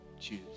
choose